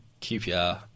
QPR